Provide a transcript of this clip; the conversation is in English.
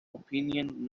opinion